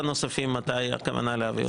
מתי הכוונה להביא את הארבעה הנוספים?